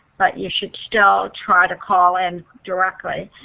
but you should still try to call in directly.